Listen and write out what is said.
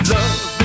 Love